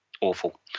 awful